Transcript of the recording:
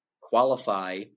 qualify